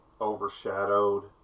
overshadowed